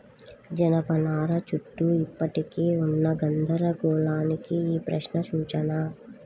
జనపనార చుట్టూ ఇప్పటికీ ఉన్న గందరగోళానికి ఈ ప్రశ్న సూచన